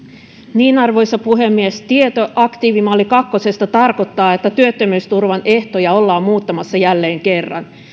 arvoisa puhemies tieto aktiivimalli kakkosesta tarkoittaa että työttömyysturvan ehtoja ollaan muuttamassa jälleen kerran